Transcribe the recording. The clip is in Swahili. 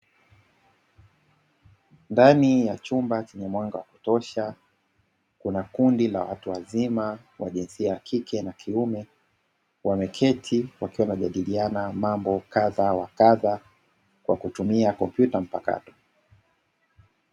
Ndani ya chumba chenye mwanga wa kutosha. Kuna kundi la watu wazima wa jinsia ya kike na kiume, wameketi wakiwa wanajadiliana mambo kadha wa kadha kwa kutumia kompyuta mpakato.